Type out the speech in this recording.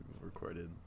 recorded